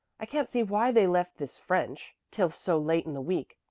i can't see why they left this french till so late in the week,